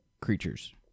creatures